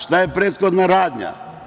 Šta je prethodna radnja?